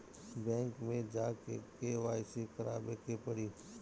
Bank मे जा के के.वाइ.सी करबाबे के पड़ी?